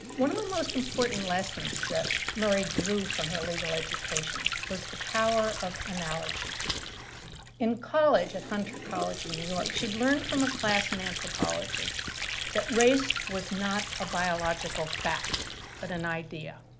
one of the most important lessons that murray drew from her legal education was the power of analogy in college at hunter college in new york, she'd learned from a class in anthropology that race was not a biological fact but an idea.